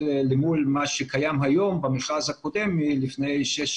אל מול מה שקיים היום במכרז הקודם מלפני שש,